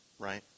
right